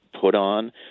put-on